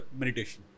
meditation